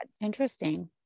Interesting